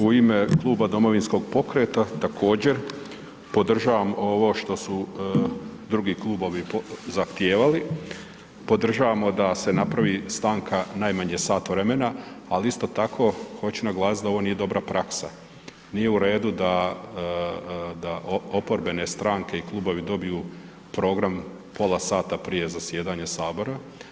U ime Kluba Domovinskog pokreta također podržavam ovo što su drugi klubovi zahtijevali, podržavamo da se napravi stanka najmanje sat vremena, ali isto tako hoću naglasit da ovo nije dobra praksa, nije u redu da, da oporbene stranke i klubovi dobiju program pola sata prije zasjedanja sabora.